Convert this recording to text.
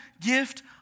gift